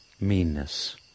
meanness